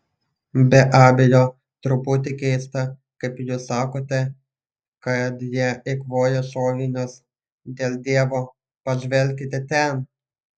be abejo truputį keista kaip jūs sakote kad jie eikvoja šovinius dėl dievo pažvelkite ten